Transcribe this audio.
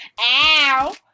ow